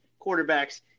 quarterbacks